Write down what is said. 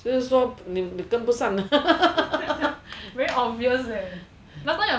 就是说你跟不上啊